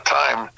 time